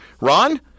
Ron